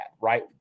Right